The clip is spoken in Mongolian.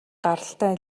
гаралтай